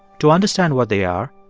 to understand what they are,